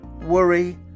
worry